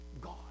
God